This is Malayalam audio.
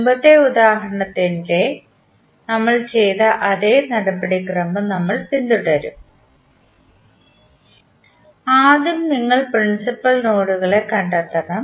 മുമ്പത്തെ ഉദാഹരണത്തിൽ നമ്മൾ ചെയ്ത അതേ നടപടിക്രമം നമ്മൾ പിന്തുടരും നിങ്ങൾ ആദ്യം പ്രിൻസിപ്പൽ നോഡുകൾ കണ്ടെത്തണം